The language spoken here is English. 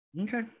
Okay